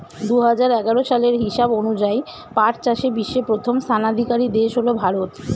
দুহাজার এগারো সালের হিসাব অনুযায়ী পাট চাষে বিশ্বে প্রথম স্থানাধিকারী দেশ হল ভারত